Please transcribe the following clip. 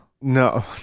No